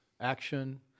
action